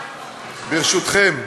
ברשותכם,